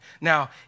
Now